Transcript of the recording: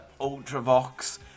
Ultravox